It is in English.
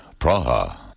Praha